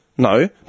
No